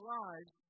lives